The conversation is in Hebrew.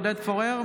עודד פורר,